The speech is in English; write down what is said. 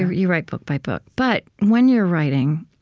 you write, book by book. but when you're writing,